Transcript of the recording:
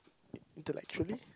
intellectually